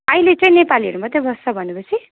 अहिले चाहिँ नेपालीहरू मात्रै बस्छ भनेपछि